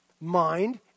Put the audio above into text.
mind